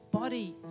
body